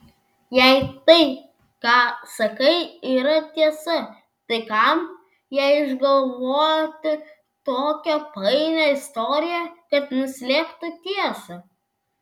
jei tai ką sakai yra tiesa tai kam jai išgalvoti tokią painią istoriją kad nuslėptų tiesą